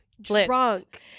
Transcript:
drunk